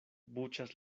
buĉas